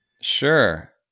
Sure